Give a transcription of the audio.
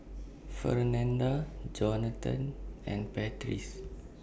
Fernanda Johathan and Patrice